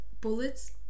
Bullets